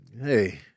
hey